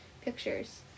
pictures